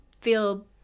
feel